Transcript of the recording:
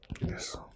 Yes